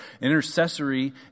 Intercessory